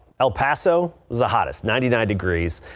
el paso is the hottest ninety nine degrees.